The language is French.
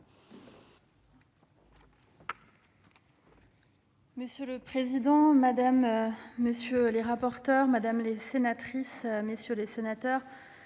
Monsieur le président, madame, monsieur les rapporteurs, mesdames les sénatrices, messieurs les sénateurs,